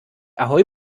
ahoi